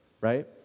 right